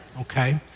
Okay